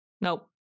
Nope